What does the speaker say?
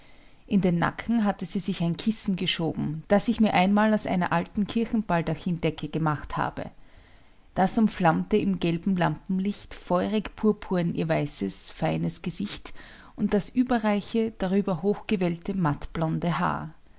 in den nacken hatte sie sich ein kissen geschoben das ich mir einmal aus einer alten kirchenbaldachin decke gemacht habe das umflammte im gelben lampenlicht feurig purpurn ihr feines weißes gesicht und das überreiche darüber hochgewellte mattblonde haar